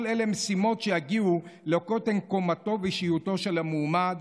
כל אלה משימות שיגיעו לקוטן קומתו ואישיותו של המועמד,